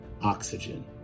oxygen